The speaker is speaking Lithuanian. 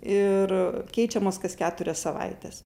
ir keičiamos kas keturias savaites